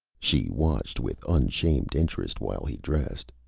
she watched with unashamed interest while he dressed.